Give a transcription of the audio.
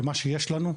עם מה שיש לנו,